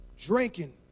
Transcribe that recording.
drinking